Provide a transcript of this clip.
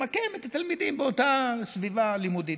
למקם את התלמידים באותה סביבה לימודית.